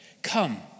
Come